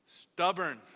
Stubborn